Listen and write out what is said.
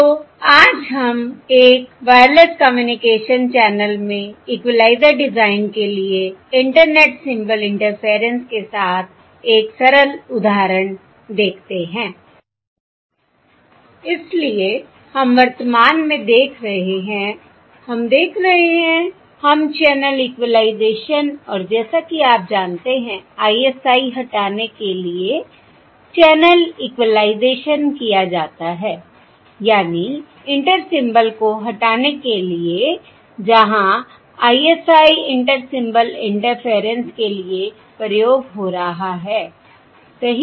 तो आज हम एक वायरलेस कम्युनिकेशन चैनल में इक्वलाइज़र डिजाइन के लिए इंटरनेट सिंबल इंटरफेरेंस के साथ एक सरल उदाहरण देखते हैंI इसलिए हम वर्तमान में देख रहे हैं हम देख रहे हैं हम चैनल इक्विलाइजेशन और जैसा कि आप जानते हैं ISI हटाने के लिए चैनल इक्विलाइजेशन किया जाता है यानी इंटर सिंबल को हटाने के लिए जहां ISI इंटर सिंबल इंटरफेरेंस के लिए प्रयोग हो रहा है सही